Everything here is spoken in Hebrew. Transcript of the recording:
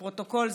לפרוטוקול,